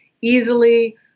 easily